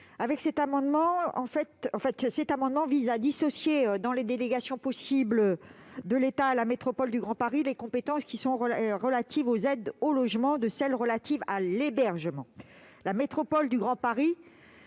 est à Mme Éliane Assassi. Cet amendement vise à dissocier, dans les délégations possibles de l'État à la métropole du Grand Paris (MGP), les compétences relatives aux aides au logement et celles relatives à l'hébergement. La métropole du Grand Paris